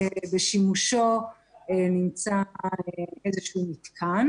בשימושו נמצא איזשהו מתקן.